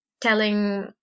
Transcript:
telling